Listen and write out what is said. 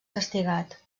castigat